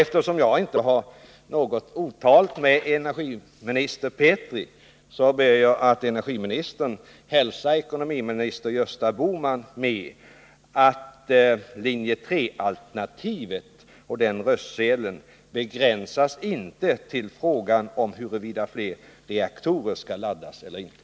Eftersom jag inte har något otalt med energiminister Petri, ber jag energiministern hälsa ekonomiminister Gösta Bohman att linje 3-alternativet och linje 3:s röstsedel inte begränsas till frågan om huruvida fler reaktorer skall laddas eller ej.